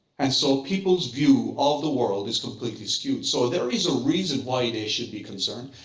and so people's view of the world is completely skewed. so there is a reason why they should be concerned,